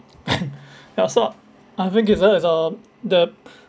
ya so I I think teaser is the the